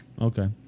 Okay